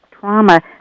trauma